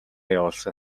явуулсан